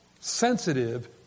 sensitive